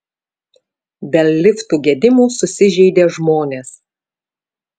dėl liftų gedimų susižeidė žmonės